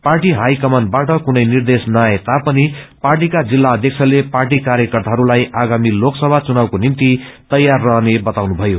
party high कमानबाट कुनै निर्देश नआए तापनि पार्टीका जिल्ला अध्यक्षले पार्टी कार्यैकार्ताहरूलाई आगामी लोकसभा चुनावको निम्ति तैयार रहने बताउनुभयो